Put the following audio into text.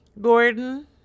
Gordon